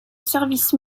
service